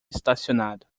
estacionado